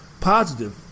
positive